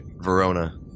Verona